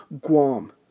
Guam